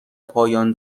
پایان